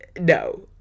no